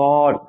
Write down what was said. God